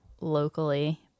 locally